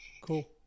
Cool